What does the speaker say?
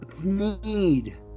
Need